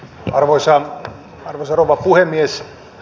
arvoisa rouva puhemies